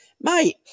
mate